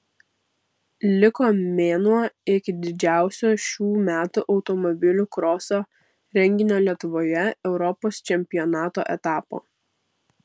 liko mėnuo iki didžiausio šių metų automobilių kroso renginio lietuvoje europos čempionato etapo